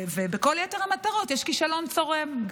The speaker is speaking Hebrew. ובכל יתר המטרות יש כישלון צורם,